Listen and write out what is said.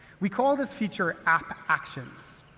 we call this feature app actions.